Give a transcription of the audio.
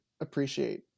appreciate